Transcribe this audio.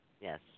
Yes